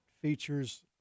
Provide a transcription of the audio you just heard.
Features